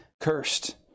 cursed